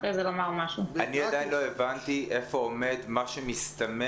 אני עדיין לא הבנתי איפה עומד מה שמסתמן